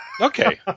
Okay